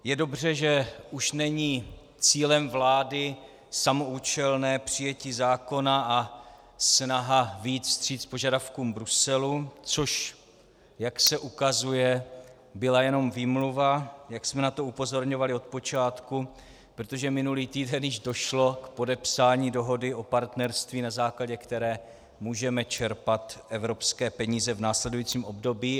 Je dobře, že už není cílem vlády samoúčelné přijetí zákona a snaha vyjít vstříc požadavkům Bruselu, což, jak se ukazuje, byla jenom výmluva, jak jsme na to upozorňovali odpočátku, protože minulý týden již došlo k podepsání dohody o partnerství, na základě které můžeme čerpat evropské peníze v následujícím období.